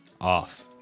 off